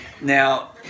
Now